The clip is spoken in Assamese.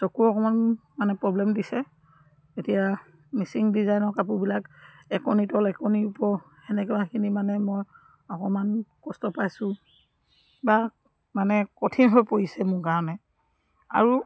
চকুৰ অকণমান মানে প্ৰব্লেম দিছে এতিয়া মিচিং ডিজাইনৰ কাপোৰবিলাক একনি তল একনি ওপৰ সেনেকুৱাখিনি মানে মই অকণমান কষ্ট পাইছোঁ বা মানে কঠিন হৈ পৰিছে মোৰ কাৰণে আৰু